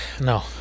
No